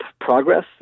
progress